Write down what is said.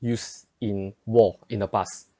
use in war in the past